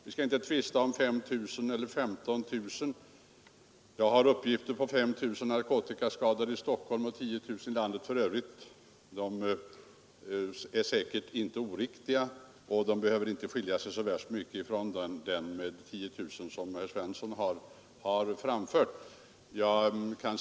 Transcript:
Vi skall inte tvista om det finns 5 000 eller 15 000 narkotikaskadade. Jag har uppgifter om 5 000 narkotikaskadade i Stockholm och 10 000 i landet för övrigt. De siffrorna är säkert inte oriktiga och behöver inte skilja sig så särskilt mycket från uppgiften om 10 000, som herr Svensson har framfört.